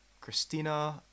Christina